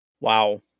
Wow